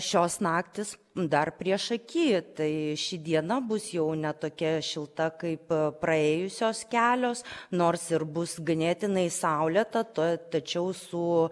šios naktys dar priešaky tai ši diena bus jau ne tokia šilta kaip praėjusios kelios nors ir bus ganėtinai saulėta tačiau su